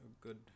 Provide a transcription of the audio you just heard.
good